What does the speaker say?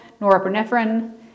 norepinephrine